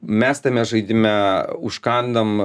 mes tame žaidime užkandam